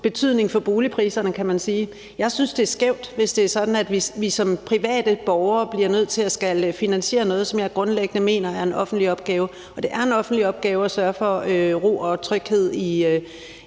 betydning for boligpriserne. Jeg synes, det er skævt, hvis det er sådan, at vi som private borgere bliver nødt til at skulle finansiere noget, som jeg grundlæggende mener er en offentlig opgave, og det er en offentlig opgave at sørge for ro og tryghed i